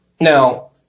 Now